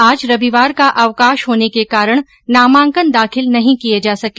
आज रविवार का अवकाश होने के कारण नामांकन दाखिल नहीं किये जा सके